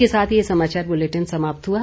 इसके साथ ये समाचार बुलेटिन समाप्त हुआ